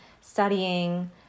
studying